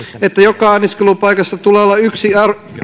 että joka anniskelupaikassa tulee olla yksi